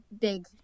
big